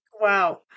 Wow